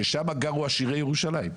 למרות ששם גרו עשירי ירושלים.